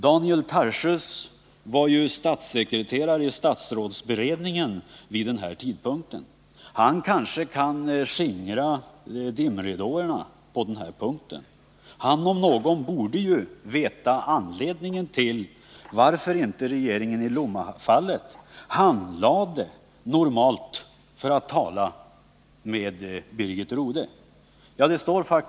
Daniel Tarschys var statssekreterare i statsrådsberedningen vid den tidpunkten, och han kanske kan skingra dimridåerna. Han om någon borde ju veta anledningen till att regeringen i Lommafallet handlade onormalt, för att tala med Birgit Rodhe.